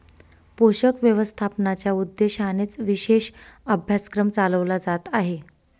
पोषक व्यवस्थापनाच्या उद्देशानेच विशेष अभ्यासक्रम चालवला जात आहे